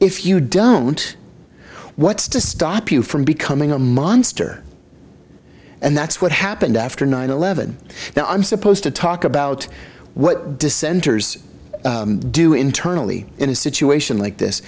if you don't what's to stop you from becoming a monster and that's what happened after nine eleven now i'm supposed to talk about what dissenters do internally in a situation like this